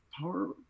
power